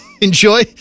Enjoy